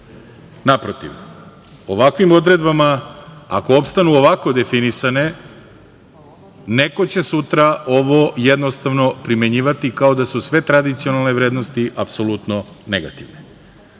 Naprotiv, ovakvim odredbama, ako opstanu ovako definisane, neko će sutra ovo jednostavno primenjivati kao da su sve tradicionalne vrednosti apsolutno negativne. Usvajanje